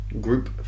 group